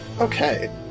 Okay